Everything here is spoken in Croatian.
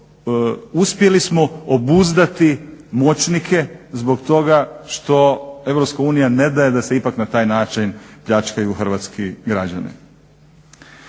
uspjeli smo obuzdati moćnike zbog toga što EU ne daje da se ipak na taj način pljačkaju hrvatski građani.